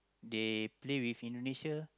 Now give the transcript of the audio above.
they play with Indonesia